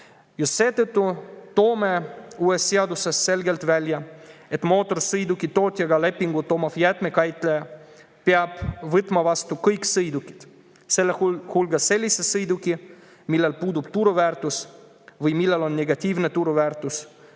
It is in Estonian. Just seetõttu toome uues seaduses selgelt välja, et mootorsõiduki tootjaga lepingu [sõlminud] jäätmekäitleja peab võtma vastu kõik sõidukid, sealhulgas sellise sõiduki, millel puudub turuväärtus või millel on negatiivne turuväärtus,